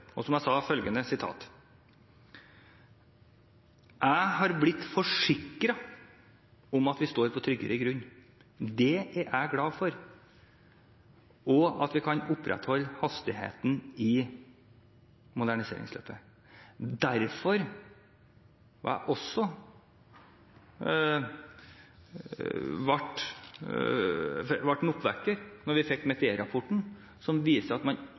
og som jeg vil fortsette med – var følgende: «Jeg har blitt forsikret om at man er på tryggere grunn.» Og jeg er glad for at vi kan opprettholde hastigheten i moderniseringsløpet. Derfor ble det en oppvekker da vi fikk Metier-rapporten som viste at man